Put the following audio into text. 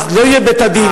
אז לא יהיה בית-הדין,